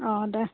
অঁ দে